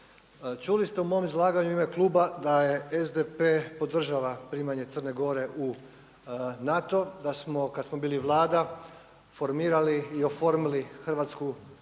Čuli ste u mom izlaganju u ime kluba da SDP podržava primanje Crne Gore u NATO, da smo kad smo bili Vlada formirali i oformili hrvatsku politiku